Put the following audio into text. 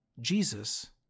Jesus